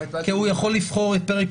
עמדנו על הנושא הזה של הבריכות,